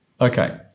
Okay